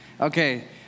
Okay